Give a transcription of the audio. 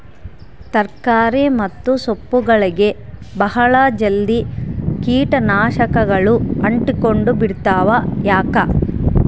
ತರಕಾರಿ ಮತ್ತು ಸೊಪ್ಪುಗಳಗೆ ಬಹಳ ಜಲ್ದಿ ಕೇಟ ನಾಶಕಗಳು ಅಂಟಿಕೊಂಡ ಬಿಡ್ತವಾ ಯಾಕೆ?